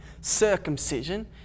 circumcision